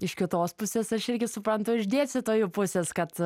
iš kitos pusės aš irgi suprantu iš dėstytojų pusės kad